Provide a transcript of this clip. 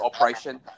operation